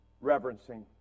reverencing